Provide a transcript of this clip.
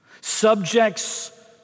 subjects